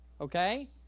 Okay